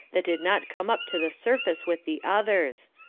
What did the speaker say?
that did not come up to the surface with the others.